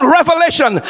Revelation